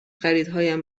خریدهایم